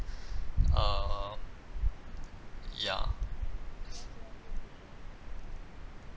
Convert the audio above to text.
err ya